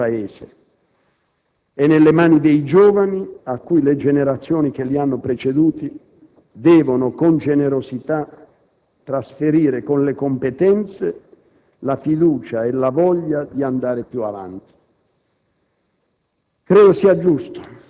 il futuro del Paese, di ogni Paese, è nelle mani dei giovani, a cui le generazioni che li hanno preceduti devono, con generosità, trasferire con le competenze la fiducia e la voglia di andare più avanti.